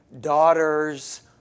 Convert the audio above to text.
daughters